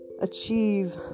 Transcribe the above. achieve